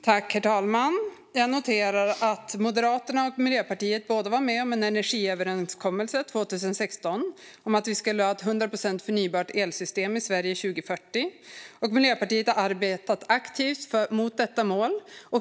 Herr talman! Jag noterar att Moderaterna och Miljöpartiet båda var med på en energiöverenskommelse 2016 om att vi skulle ha ett 100 procent förnybart elsystem i Sverige 2040. Miljöpartiet har arbetat aktivt mot detta mål.